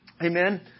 Amen